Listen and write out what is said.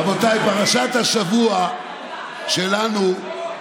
חוק נורבגי בממשלה שהעומד בראשה מואשם בשלושה כתבי אישום חמורים.